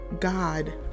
God